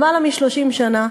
לפני למעלה מ-30 שנה,